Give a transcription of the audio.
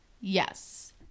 Yes